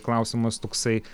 klausimas toksai